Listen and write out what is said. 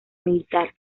militar